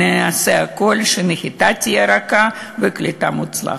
נעשה הכול שהנחיתה תהיה רכה והקליטה מוצלחת.